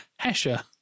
Hesher